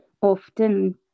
often